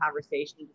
conversation